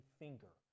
finger